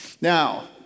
Now